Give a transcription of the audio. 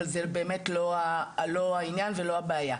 אבל זה לא הענין וזאת לא הבעיה.